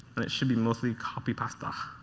and it should be mostly copy pasta.